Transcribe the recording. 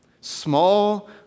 Small